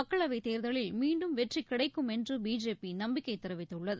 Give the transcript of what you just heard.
மக்களவைத் தேர்தலில் மீண்டும் வெற்றிகிடைக்கும் என்றுபிஜேபிநம்பிக்கைதெரிவித்துள்ளது